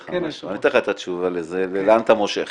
אני אתן לך את התשובה לזה ולאן אתה מושך